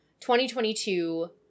2022